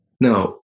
Now